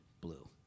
blue